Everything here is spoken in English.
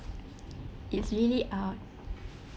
it's really a